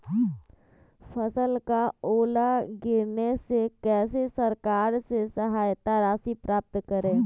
फसल का ओला गिरने से कैसे सरकार से सहायता राशि प्राप्त करें?